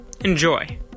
Enjoy